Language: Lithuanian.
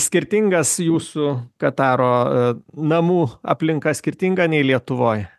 skirtingas jūsų kataro namų aplinka skirtinga nei lietuvoj